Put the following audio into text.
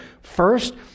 first